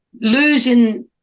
losing